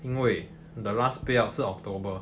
因为 the last payout 是 october